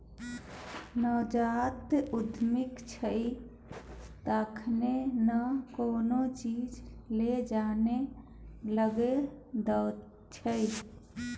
नवजात उद्यमी छी तखने न कोनो चीज लेल जान लगा दैत छी